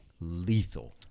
lethal